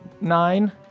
nine